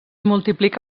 multiplica